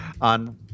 on